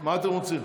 מה אתם רוצים?